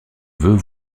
veux